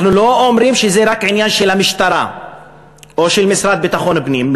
אנחנו לא אומרים שזה רק עניין של המשטרה או של המשרד לביטחון פנים,